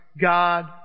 God